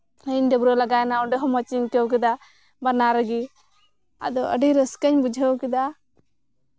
ᱨᱮᱦᱚᱧ ᱰᱟᱹᱵᱨᱟᱹ ᱞᱮᱜᱟᱭᱮᱱᱟ ᱟᱰᱤ ᱢᱚᱡᱽ ᱟᱹᱭᱠᱟᱹᱜ ᱠᱟᱱᱟ ᱟᱰᱤ ᱢᱚᱡᱽ ᱵᱟᱱᱟᱨ ᱨᱮᱜᱮ ᱟᱫᱚ ᱟᱹᱰᱤ ᱨᱟᱹᱥᱠᱟᱹᱧ ᱵᱩᱡᱷᱟᱹᱣ ᱠᱮᱫᱟ